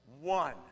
One